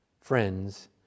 friends